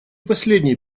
последний